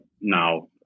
now